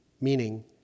meaning